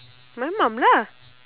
my mum lah